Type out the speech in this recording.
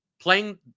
playing